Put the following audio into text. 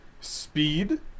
Speed